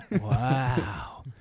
Wow